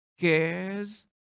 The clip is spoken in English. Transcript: cares